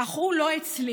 אך הוא לא הצליח.